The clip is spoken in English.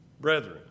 Brethren